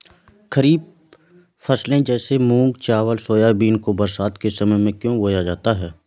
खरीफ फसले जैसे मूंग चावल सोयाबीन को बरसात के समय में क्यो बोया जाता है?